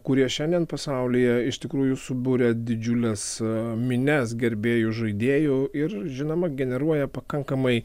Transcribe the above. kurie šiandien pasaulyje iš tikrųjų subūria didžiules minias gerbėjų žaidėjų ir žinoma generuoja pakankamai